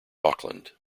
auckland